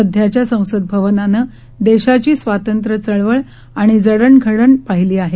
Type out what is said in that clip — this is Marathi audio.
सध्याच्या संसद भवनानं देशाची स्वातंत्र्य चळवळ आणि जडणघडण पाहिली आहे